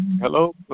Hello